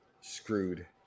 screwed